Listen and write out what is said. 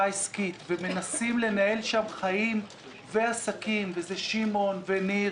עסקית ומנסים לנהל שם חיים ועסקים שמעון וניר